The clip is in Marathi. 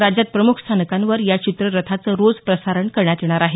राज्यात प्रमुख स्थानकांवर या चित्ररथाचे रोज प्रसारण करण्यात येणार आहे